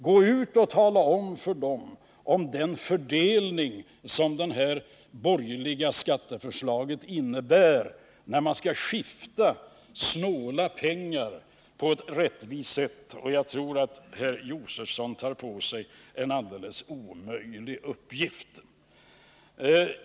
Gå ut och tala med dem om den fördelningspolitik som det borgerliga skatteförslaget innebär när man skall skifta snåla pengar på ett rättvist sätt! Då tror jag att herr Josefson tar på sig en alldeles omöjlig uppgift.